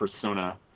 persona